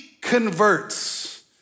converts